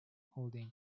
holding